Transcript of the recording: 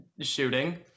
shooting